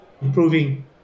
improving